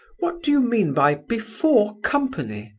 what do you mean by before company?